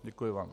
Děkuji vám.